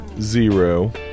Zero